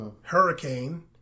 Hurricane